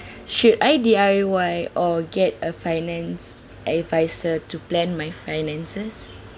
should I D_I_Y or get a finance advisor to plan my finances